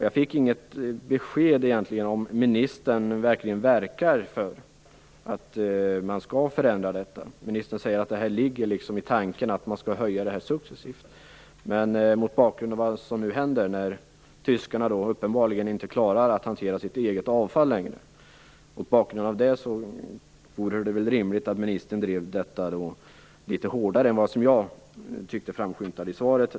Jag fick inget besked om ifall ministern verkar för att gränsen skall ändras. Ministern säger att det ligger i tanken att kraven skall höjas successivt. Men mot bakgrund av vad som nu händer, när tyskarna uppenbarligen inte längre klarar av att hantera sitt eget avfall, vore det väl rimligt att ministern drev frågan litet hårdare än vad som framskymtade i svaret.